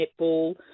netball